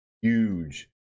huge